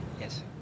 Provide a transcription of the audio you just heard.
yes